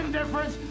difference